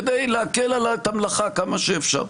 כדי להקל עליה את המלאכה כמה שאפשר,